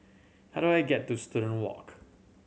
how do I get to Student Walk